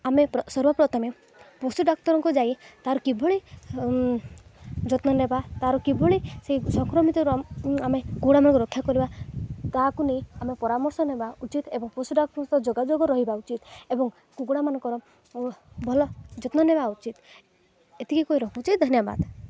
ଆମେ ସର୍ବପ୍ରଥମେ ପଶୁ ଡାକ୍ତରଙ୍କୁ ଯାଇ ତାର କିଭଳି ଯତ୍ନ ନେବା ତାର କିଭଳି ସେଇ ସଂକ୍ରମିତର ଆମେ କୁକୁଡ଼ାମାନଙ୍କୁ ରକ୍ଷା କରିବା ତାହାକୁ ନେଇ ଆମେ ପରାମର୍ଶ ନେବା ଉଚିତ ଏବଂ ପଶୁ ଡାକ୍ତରଙ୍କ ସହ ଯୋଗାଯୋଗ ରହିବା ଉଚିତ ଏବଂ କୁକୁଡ଼ାମାନଙ୍କର ଭଲ ଯତ୍ନ ନେବା ଉଚିତ ଏତିକି କହି ରଖୁଛି ଧନ୍ୟବାଦ